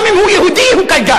גם אם הוא יהודי הוא קלגס.